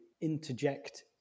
interject